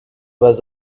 was